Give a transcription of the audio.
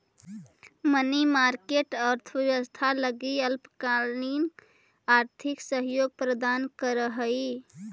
money market अर्थव्यवस्था लगी अल्पकालिक आर्थिक सहयोग प्रदान करऽ हइ